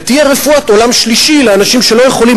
ותהיה רפואת עולם שלישי לאנשים שלא יכולים